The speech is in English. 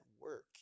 work